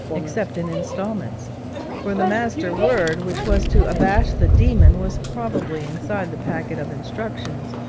except in instalments for the master-word which was to abash the demon was probably inside the packet of instructions,